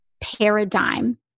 paradigm